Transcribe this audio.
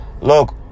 Look